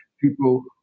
people